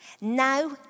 Now